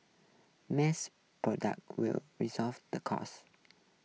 mass product will resolve the cost